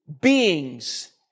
beings